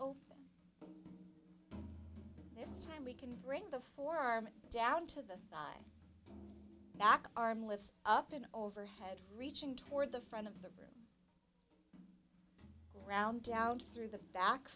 open and we can bring the forearm down to the side back arm lift up an overhead reaching toward the front of the room ground down through the back